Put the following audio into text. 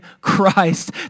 Christ